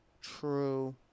true